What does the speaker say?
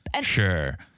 Sure